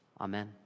Amen